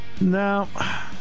now